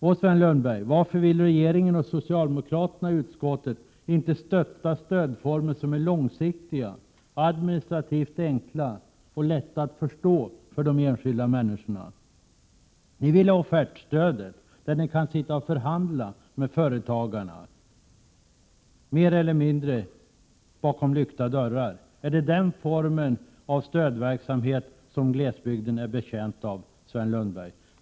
Och, Sven Lundberg, varför vill regeringen och socialdemokraterna i utskottet inte stötta stödformer som är långsiktiga, administrativt enkla och lätta att förstå för de enskilda människorna? Ni ville ha offertstöd, där ni kan sitta och förhandla med företagarna mer eller mindre bakom lyckta dörrar. Är glesbygden betjänt av den formen av stödverksamhet, Sven Lundberg?